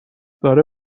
داره